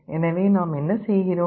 எனவே நாம் என்ன செய்கிறோம்